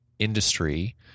industry